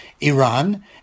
Iran